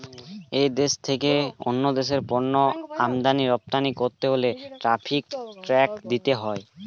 এক দেশ থেকে অন্য দেশে পণ্য আমদানি রপ্তানি করতে হলে ট্যারিফ ট্যাক্স দিতে হয়